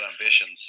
ambitions